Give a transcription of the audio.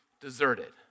deserted